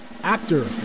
actor